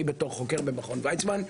בתור חוקר במכון ויצמן,